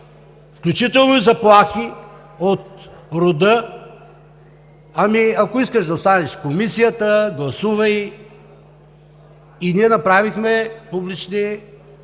включително и заплахи от рода: „Ами ако искаш да останеш в Комисията, гласувай“. Ние направихме публични